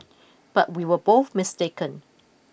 but we were both mistaken